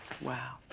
Wow